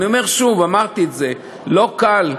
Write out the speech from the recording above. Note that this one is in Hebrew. אני אומר שוב ואמרתי את זה: לא קל.